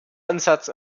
ansatz